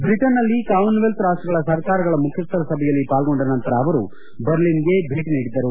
ಬ್ರಿಟನ್ನಲ್ಲಿ ಕಾಮಸ್ವೆಲ್ತ್ ರಾಷ್ಷಗಳ ಸರ್ಕಾರಗಳ ಮುಖ್ಯಸ್ವರ ಸಭೆಯಲ್ಲಿ ಪಾಲ್ಗೊಂಡ ನಂತರ ಅವರು ಬರ್ಲಿನ್ಗೆ ಭೇಟಿ ನೀಡಿದ್ದರು